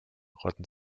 rotten